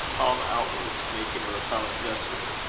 palm outwards, making a repellent gesture.